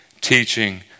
teaching